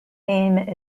name